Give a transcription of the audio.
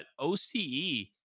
OCE